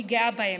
אני גאה בהם.